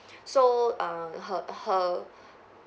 so err her her